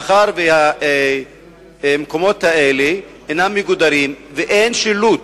מאחר שהמקומות האלה אינם מגודרים ואין שילוט